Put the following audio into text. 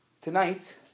Tonight